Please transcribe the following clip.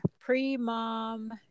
pre-mom